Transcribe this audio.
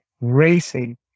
racing